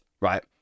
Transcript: right